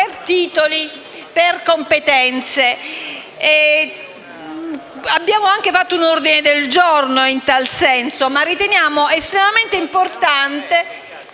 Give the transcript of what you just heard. per titoli, per competenze. Abbiamo anche presentato un ordine del giorno in tal senso, ma riteniamo estremamente importante